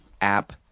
app